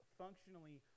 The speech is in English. functionally